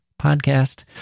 podcast